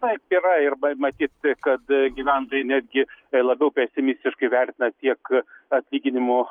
taip yra ir matyti kad gyventojai netgi labiau pesimistiškai vertina tiek atlyginimo